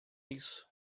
isso